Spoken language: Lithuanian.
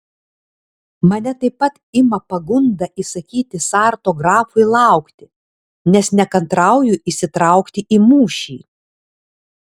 mane taip pat ima pagunda įsakyti sarto grafui laukti nes nekantrauju įsitraukti į mūšį